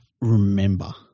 remember